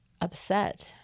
upset